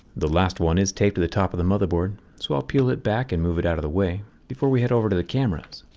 the last one is taped to the top of the motherboard so i'll peel it back and move it out of the way before we head over to the cameras.